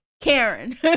Karen